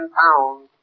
pounds